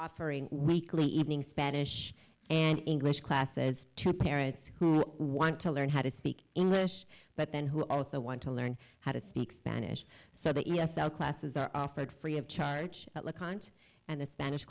offering weekly evening spanish and english classes to parents who want to learn how to speak english but then who also want to learn how to speak spanish so that yes our classes are offered free of charge at le comte and the spanish